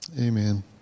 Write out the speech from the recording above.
Amen